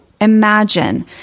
Imagine